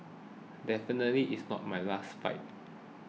definitely this is not my last fight